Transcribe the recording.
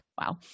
wow